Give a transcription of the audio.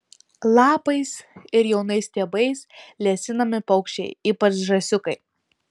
lapais ir jaunais stiebais lesinami paukščiai ypač žąsiukai